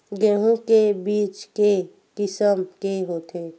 गेहूं के बीज के किसम के होथे?